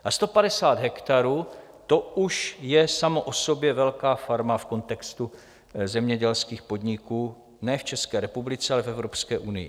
A 150 hektarů, to už je samo o sobě velká farma v kontextu zemědělských podniků, ne v České republice, ale v Evropské unii.